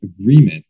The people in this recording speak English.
agreement